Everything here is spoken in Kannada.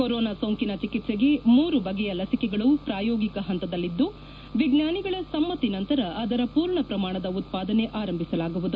ಕೊರೋನಾ ಸೋಂಕಿನ ಚಿಕಿತ್ಸೆಗೆ ಮೂರು ಬಗೆಯ ಲಸಿಕೆಗಳು ಪ್ರಾಯೋಗಿಕ ಪಂತದಲ್ಲಿದ್ದು ವಿಜ್ಞಾನಿಗಳ ಸಮೃತಿ ನಂತರ ಅದರ ಪೂರ್ಣ ಪ್ರಮಾಣದ ಉತ್ಪಾದನೆ ಆರಂಭಿಸಲಾಗುವುದು